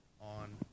on